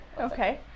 Okay